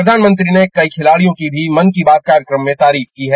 प्रधानमंत्री ने कई खिलाडियों की भी मन की बात में तारीफ की है